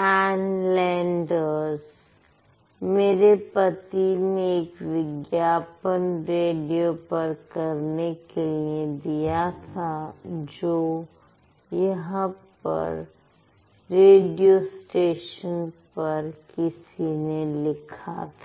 N Landers मेरे पति ने एक विज्ञापन रेडियो पर करने के लिए दिया था जो यहां पर रेडियो स्टेशन पर किसी ने लिखा था